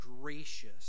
gracious